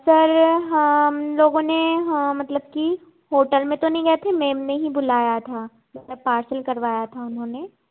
sir हम लोगों ने हाँ मतलब कि होटल में तो नहीं गए थे मेम ने ही बुलाया था मतलब पार्सल करवाया था उन्होंने